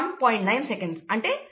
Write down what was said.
9 సెకండ్లు అంటే12